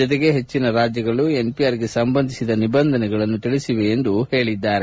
ಜತೆಗೆ ಹೆಚ್ಚಿನ ರಾಜ್ಯಗಳು ಎನ್ಪಿಆರ್ಗೆ ಸಂಬಂಧಿಸಿದ ನಿಬಂಧನೆಗಳನ್ನು ತಿಳಿಸಿವೆ ಎಂದು ಅವರು ಹೇಳಿದ್ದಾರೆ